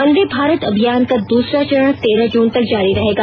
वंदेभारत अभियान का दूसरा चरण तेरह जून तक जारी रहेगा